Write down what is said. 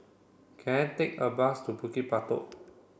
can I take a bus to Bukit Batok